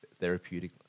therapeutic